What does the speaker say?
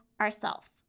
ourself